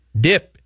dip